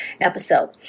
episode